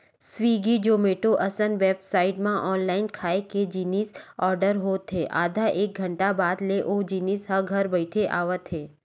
Swiggy, Zomato असन website म online खाए के जिनिस के आरडर होत हे आधा एक घंटा के बाद ले ओ जिनिस ह घर बइठे आवत हे